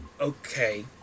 Okay